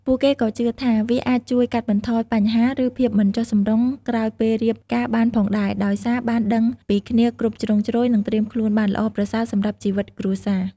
ពួកគេក៏ជឿថាវាអាចជួយ កាត់បន្ថយបញ្ហា ឬភាពមិនចុះសម្រុងក្រោយពេលរៀបការបានផងដែរ ដោយសារបានដឹងពីគ្នាគ្រប់ជ្រុងជ្រោយ និងត្រៀមខ្លួនបានល្អប្រសើរសម្រាប់ជីវិតគ្រួសារ។